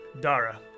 Dara